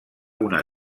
una